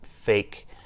fake